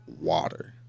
Water